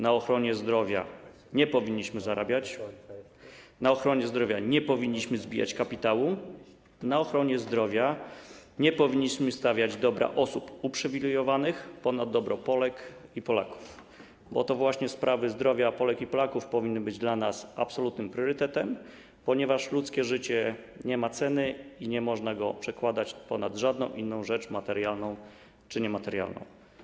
Na ochronie zdrowia nie powinniśmy zarabiać, na ochronie zdrowia nie powinniśmy zbijać kapitału i w ochronie zdrowia nie powinniśmy stawiać dobra osób uprzywilejowanych ponad dobro Polek i Polaków, bo to właśnie sprawy zdrowia Polek i Polaków powinny być dla nas absolutnym priorytetem, ponieważ ludzkie życie nie ma ceny i nie można ponad nie przedkładać żadnej innej rzeczy materialnej czy niematerialnej.